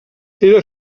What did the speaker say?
era